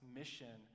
mission